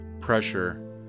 pressure